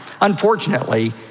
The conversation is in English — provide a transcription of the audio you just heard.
unfortunately